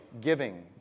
giving